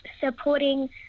supporting